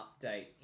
update